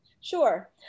Sure